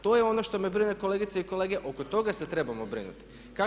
To je ono što me brine kolegice i kolege, oko toga se trebamo brinuti?